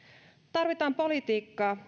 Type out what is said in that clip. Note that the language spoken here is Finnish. tarvitaan politiikkaa